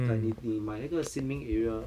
like 你你买那个 sin ming area